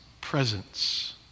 presence